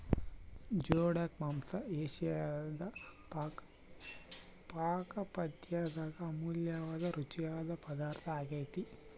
geoduck ಮಾಂಸ ಏಷಿಯಾದ ಪಾಕಪದ್ದತ್ಯಾಗ ಅಮೂಲ್ಯವಾದ ರುಚಿಯಾದ ಪದಾರ್ಥ ಆಗ್ಯೆತೆ